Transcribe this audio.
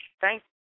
Thank